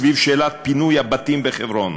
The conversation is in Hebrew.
סביב שאלת פינוי הבתים בחברון.